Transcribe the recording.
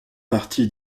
parti